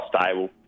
stable